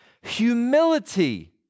humility